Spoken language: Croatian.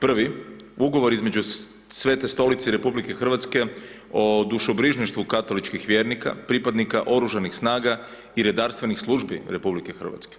Prvi ugovor između Svete Stolice i RH o dušobrižništvu katoličkih vjernika pripadnika OS-a i redarstvenih službi RH.